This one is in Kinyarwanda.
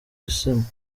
isima